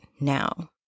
now